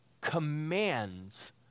commands